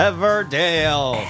Everdale